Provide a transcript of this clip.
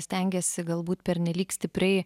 stengėsi galbūt pernelyg stipriai